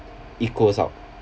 equals up